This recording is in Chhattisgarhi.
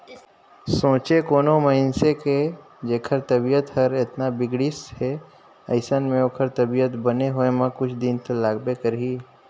सोंचे कोनो मइनसे के जेखर तबीयत हर अतना बिगड़िस हे अइसन में ओखर तबीयत बने होए म कुछ दिन तो लागबे करही